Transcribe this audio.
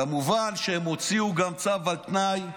כמובן שהם הוציאו גם צו על תנאי,